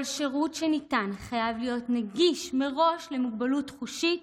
כל שירות שניתן חייב להיות נגיש מראש למוגבלות חושית